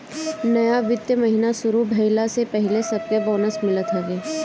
नया वित्तीय महिना शुरू भईला से पहिले सबके बोनस मिलत हवे